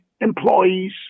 employees